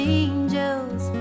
angels